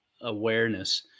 awareness